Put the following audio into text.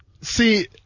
See